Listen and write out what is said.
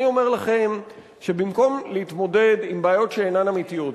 אני אומר לכם שבמקום להתמודד עם בעיות שאינן אמיתיות,